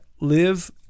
live